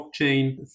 blockchain